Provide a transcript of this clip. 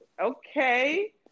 okay